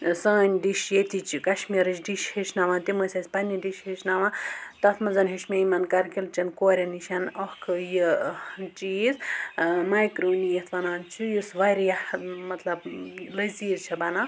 ٲں سٲنۍ ڈِش ییٚتِچ کَشمیٖرٕچ ڈِش ہیٚچھناوان تِم ٲسۍ اسہِ پننہِ ڈِشہِ ہیٚچھناوان تَتھ مَنٛز ہیٛوچھ مےٚ یِمَن کوریٚن نِش اَکھ یہِ چیٖز ٲں میٚکارونی یَتھ وَنان چھِ یُس واریاہ مطلب لٔذیٖذ چھِ بَنان